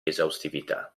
esaustività